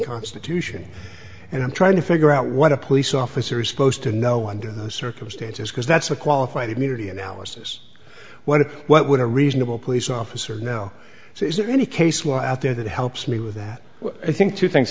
constitution and i'm trying to figure out what a police officer is supposed to know under those circumstances because that's a qualified immunity analysis what if what would a reasonable police officer now so is there any case well out there that helps me with that i think two things